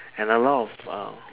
and a lot of uh